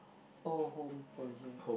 or home project